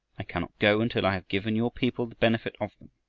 i cannot go until i have given your people the benefit of them.